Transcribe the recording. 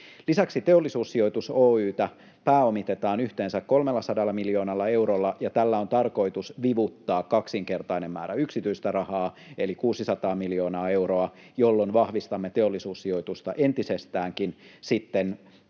Lisäksi Teollisuussijoitus Oy:tä pääomitetaan yhteensä 300 miljoonalla eurolla, ja tällä on tarkoitus vivuttaa kaksinkertainen määrä yksityistä rahaa eli 600 miljoonaa euroa, jolloin vahvistamme Teollisuussijoitusta entisestäänkin sitten sen